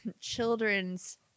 Children's